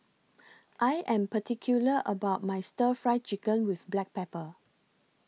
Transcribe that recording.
I Am particular about My Stir Fry Chicken with Black Pepper